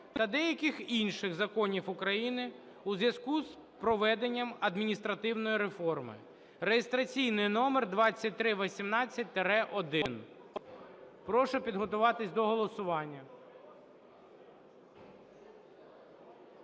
та деяких інших законів України у зв'язку з проведенням адміністративної реформи (реєстраційний номер 2318-1). Прошу підготуватись до голосування.